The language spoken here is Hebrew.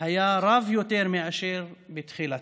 היה רב יותר מאשר בתחילתה.